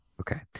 Okay